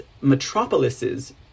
metropolises